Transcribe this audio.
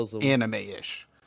anime-ish